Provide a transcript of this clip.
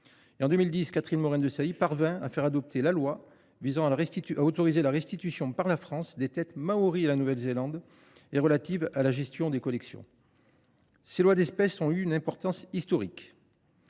En 2010, Catherine Morin Desailly parvint à faire adopter la loi visant à autoriser la restitution par la France des têtes maories à la Nouvelle Zélande et relative à la gestion des collections. Ces lois d’espèce ont eu une importance historique.